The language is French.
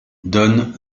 donne